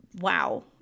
wow